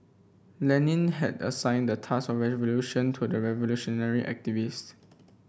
Lenin had assigned the task of revolution to the revolutionary activist